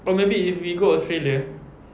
or maybe if we go australia